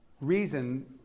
reason